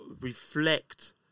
reflect